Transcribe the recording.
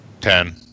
Ten